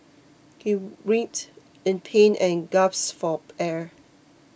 he writhed in pain and gasped for air